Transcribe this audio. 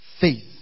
faith